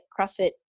CrossFit